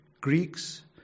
Greeks